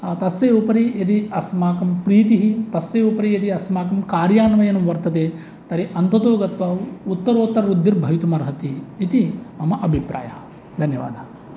तस्य उपरि यदि अस्माकं प्रीतिः तस्य उपरि यदि अस्माकं कार्यान्वयनं वर्तते तर्हि अन्ततो गत्वा उत्तरोत्तरवृद्धिर्भवितुमर्हति इति मम अभिप्रायः धन्यवादः